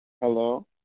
hello